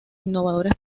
innovadores